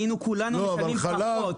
היינו כולנו משלמים פחות.